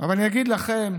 אני אגיד לכם: